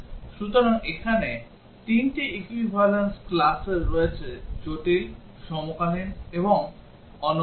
সুতরাং এখানে 3 টি equivalence class রয়েছে জটিল সমকালীন এবং অনন্য